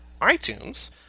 itunes